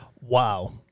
Wow